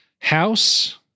House